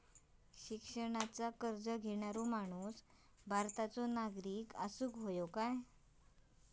शिक्षणाचो कर्ज घेणारो माणूस भारताचो नागरिक असूक हवो काय?